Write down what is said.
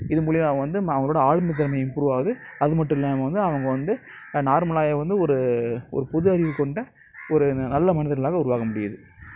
இது மூலயுமா வந்து ம அவர்களோட ஆளுமை திறமை இம்புரூவ் ஆகுது அது மட்டும் இல்லாமல் வந்து அவங்க வந்து நார்மலாகவே வந்து ஒரு ஒரு பொது அறிவுக்கு வந்து ஒரு ந நல்ல மனிதர்களாக உருவாக முடியுது